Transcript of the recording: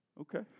Okay